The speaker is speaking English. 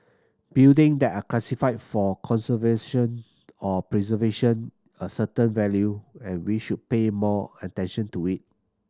building that are classified for conservation or preservation a certain value and we should pay more attention to it